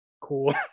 cool